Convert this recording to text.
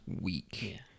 week